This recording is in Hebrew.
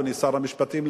אדוני שר המשפטים,